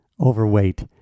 overweight